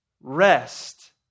rest